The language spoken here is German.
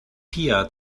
pia